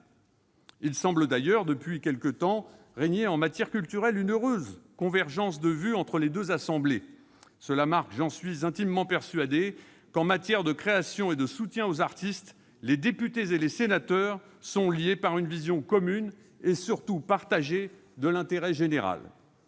Il semble d'ailleurs, depuis quelque temps, régner en matière culturelle une heureuse convergence de vue entre les deux assemblées. Cela marque, j'en suis intimement persuadé, que, en matière de création et de soutien aux artistes, les députés et les sénateurs sont liés par une vision commune et, surtout, partagée de l'intérêt général.